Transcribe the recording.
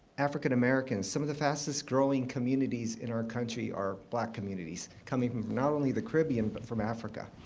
african-americans some of the fastest growing communities in our country are black communities, coming from not only the caribbean, but from africa.